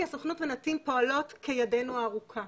כי הסוכנות ונתיב פועלות כידנו הארוכה.